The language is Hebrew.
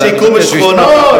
שיקום שכונות,